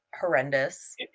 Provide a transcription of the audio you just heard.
horrendous